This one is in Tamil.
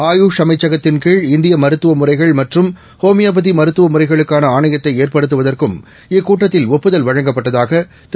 ஆயூஷ் அமைச்சகத்தின் கீழ் இந்திய மருத்துவ முறைகள் மற்றும் ஹோமியோபதி மருத்துவ முறைகளுக்கான ஏற்படுத்துவதற்கும் ஒப்புதல் வழங்கப்பட்டதாக திரு